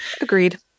Agreed